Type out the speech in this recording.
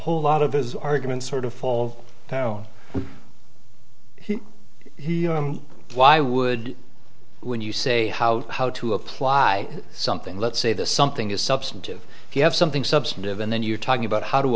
whole lot of his argument sort of fall down why would when you say how how to apply something let's say that something is substantive you have something substantive and then you talk about how to